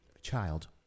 child